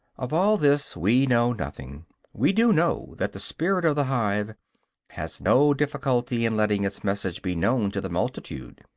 of all this we know nothing we do know that the spirit of the hive has no difficulty in letting its message be known to the multitude.